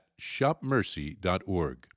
shopmercy.org